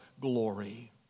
glory